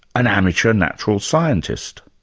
an amateur natural scientist?